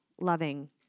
loving